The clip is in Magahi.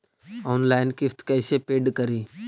ऑनलाइन किस्त कैसे पेड करि?